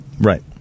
Right